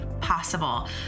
possible